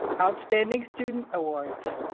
outstanding student awards